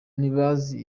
ntibazi